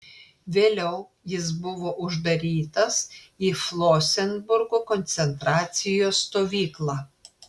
vėliau jis buvo uždarytas į flosenburgo koncentracijos stovyklą